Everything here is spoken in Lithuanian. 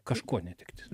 kažko netektis